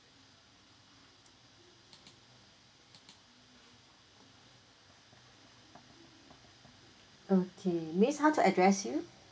okay miss how to address you